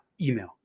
email